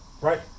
right